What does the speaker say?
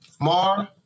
Mar